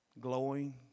Glowing